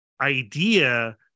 idea